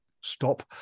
stop